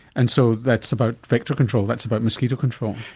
and so that's about vector control, that's about mosquito control?